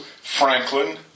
Franklin